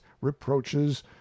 reproaches